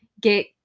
get